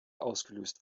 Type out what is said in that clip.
ausgelöst